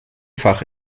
fach